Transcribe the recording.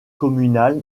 communal